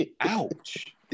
Ouch